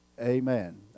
amen